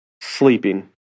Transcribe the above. sleeping